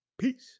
Peace